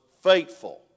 faithful